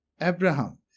Abraham